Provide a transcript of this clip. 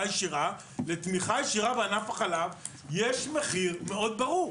הישירה לתמיכה ישירה בענף החלב יש מחיר מאוד ברור,